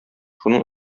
шуның